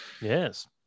Yes